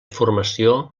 formació